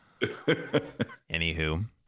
anywho